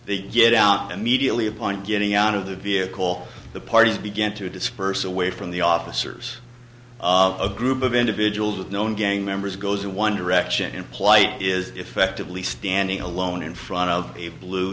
they get out immediately upon getting out of the vehicle the parties begin to disperse away from the officers a group of individuals with known gang members goes one direction in plight is effectively standing alone in front of a blue